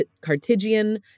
Cartesian